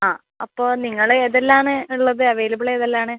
ആ അപ്പോൾ നിങ്ങൾ ഏതെല്ലാമാണ് ഉള്ളത് അവൈലബിൾ ഏതെല്ലാമാണ്